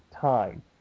time